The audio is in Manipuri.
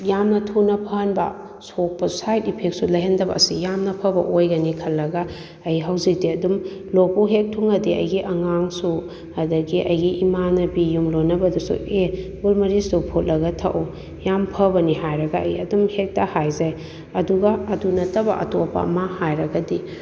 ꯌꯥꯝꯅ ꯊꯨꯅ ꯐꯍꯟꯕ ꯁꯣꯛꯄ ꯁꯥꯏꯠ ꯏꯐꯦꯛꯁꯨ ꯂꯩꯍꯟꯗꯕ ꯑꯁꯤ ꯌꯥꯝꯅ ꯐꯕ ꯑꯣꯏꯒꯅꯤ ꯈꯜꯂꯒ ꯑꯩ ꯍꯧꯖꯤꯛꯇꯤ ꯑꯗꯨꯝ ꯂꯣꯛꯄꯨ ꯍꯦꯛ ꯊꯨꯡꯉꯗꯤ ꯑꯩꯒꯤ ꯑꯉꯥꯡꯁꯨ ꯑꯗꯒꯤ ꯑꯩꯒꯤ ꯏꯃꯥꯟꯅꯕꯤ ꯌꯨꯝꯂꯣꯟꯅꯕꯗꯁꯨ ꯑꯦ ꯒꯨꯜꯃꯣꯔꯤꯁꯇꯨ ꯐꯨꯠꯂꯒ ꯊꯛꯎ ꯌꯥꯝ ꯐꯕꯅꯤ ꯍꯥꯏꯔꯒ ꯑꯩ ꯑꯗꯨꯝ ꯍꯦꯛꯇ ꯍꯥꯏꯖꯩ ꯑꯗꯨꯒ ꯑꯗꯨ ꯅꯠꯇꯕ ꯑꯇꯣꯞꯄ ꯑꯃ ꯍꯥꯏꯔꯒꯗꯤ